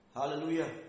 Hallelujah